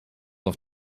auf